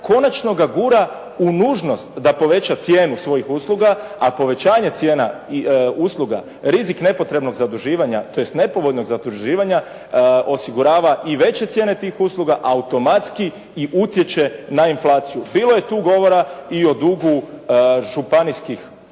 konačno ga gura u nužnost da poveća cijenu svojih usluga, a povećanje cijena i usluga, rizik nepotrebnog zaduživanja, tj. nepovoljnog zaduživanja osigurava i veće cijene tih usluga i automatski i utječe na inflaciju. Bilo je tu govora i o dugu županijskih, bilo